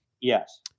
Yes